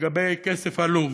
לגבי כסף עלום.